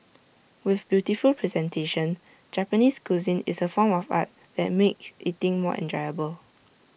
with beautiful presentation Japanese cuisine is A form of art that make eating more enjoyable